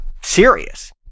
serious